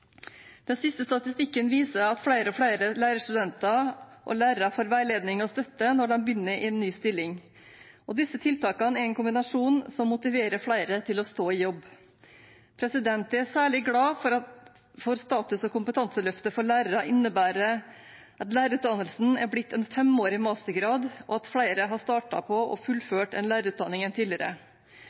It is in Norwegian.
Den siste statistikken viser at flere og flere lærerstudenter og lærere får veiledning og støtte når de begynner i en ny stilling. Disse tiltakene er en kombinasjon som motiverer flere til å stå i jobb. Jeg er særlig glad for status- og kompetanseløftet for lærere, som innebærer at lærerutdannelsen er blitt en femårig mastergrad, og at flere har startet på og fullført en lærerutdanning enn tidligere.